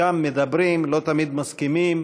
שם מדברים, ולא תמיד מסכימים.